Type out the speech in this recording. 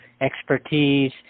expertise